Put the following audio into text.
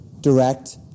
direct